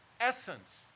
essence